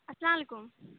السلام علیکم